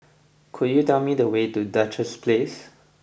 could you tell me the way to Duchess Place